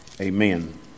Amen